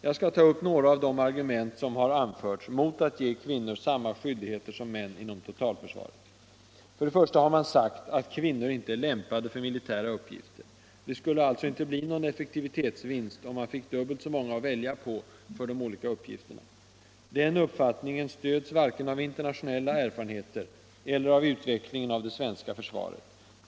Jag skall ta upp några av de argument som har anförts mot att ge kvinnor samma skyldigheter som män inom totalförsvaret. För det första har man sagt att kvinnor inte är lämpade för militära uppgifter. Det skulle alltså inte bli någon effektivitetsvinst om man fick dubbelt så många att välja på för de olika uppgifterna. Den uppfattningen stöds varken av internationella erfarenheter eller av utvecklingen av det svenska försvaret.